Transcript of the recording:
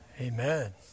Amen